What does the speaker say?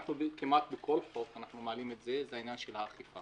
וכמעט בכל חוק אנחנו מעלים את זה - זה עניין האכיפה.